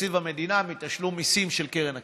לתקציב המדינה מתשלום מיסים של הקרן הקיימת.